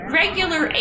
regular